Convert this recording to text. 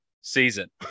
season